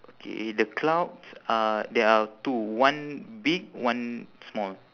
okay the clouds uh there are two one big one small